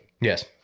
Yes